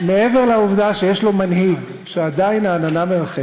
הוא מטפל בנו?